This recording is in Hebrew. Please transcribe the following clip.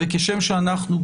וכשם שאנחנו,